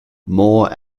more